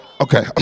Okay